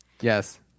Yes